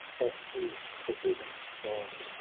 that heav'd her bosom's pride.